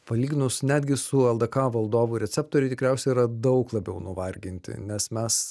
palyginus netgi su ldk valdovų receptoriai tikriausiai yra daug labiau nuvarginti nes mes